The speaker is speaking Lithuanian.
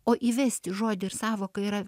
o įvesti žodį ir sąvoką yra